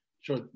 Sure